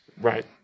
Right